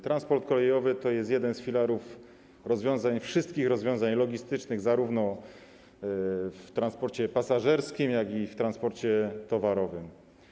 Transport kolejowy to jest jeden z filarów wszystkich rozwiązań logistycznych zarówno w transporcie pasażerskim, jak i w transporcie towarowym.